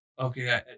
okay